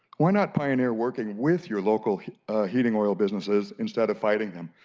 why not pioneer working with your local heating oil businesses instead of fighting them,